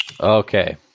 Okay